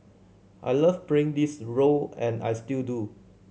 I love playing this role and I still do